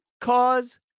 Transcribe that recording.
cause